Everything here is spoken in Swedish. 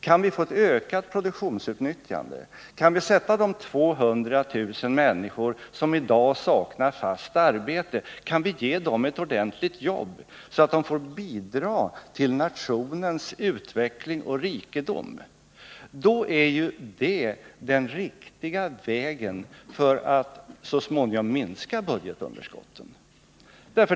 Kan vi få ett ökat produktionsutnyttjande, kan vi ge de 200 000 människor som i dag saknar fast arbete ett ordentligt jobb så att de får bidra till nationens utveckling och rikedom, då är ju det den riktiga vägen för att så småningom minska budgetunderskotten.